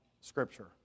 scripture